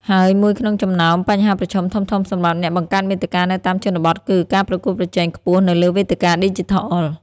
ហើយមួយក្នុងចំណោមបញ្ហាប្រឈមធំៗសម្រាប់អ្នកបង្កើតមាតិកានៅតាមជនបទគឺ ការប្រកួតប្រជែងខ្ពស់នៅលើវេទិកាឌីជីថល។